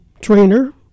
trainer